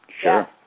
Sure